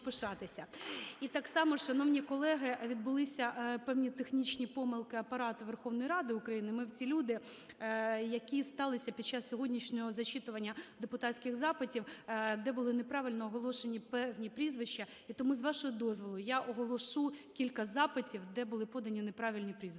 І так само, шановні колеги, відбулися певні технічні помилки Апарату Верховної Ради України, ми всі люди, які сталися під час сьогоднішнього зачитування депутатських запитів, де були неправильно оголошені певні прізвища. І тому, з вашого дозволу, я оголошу кілька запитів, де були подані неправильні прізвища